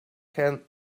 can